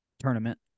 tournament